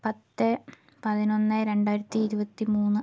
പത്ത് പതിനൊന്ന് രണ്ടായിരത്തി ഇരുപത്തി മൂന്ന്